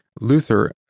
Luther